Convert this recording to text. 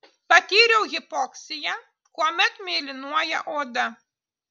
patyriau hipoksiją kuomet mėlynuoja oda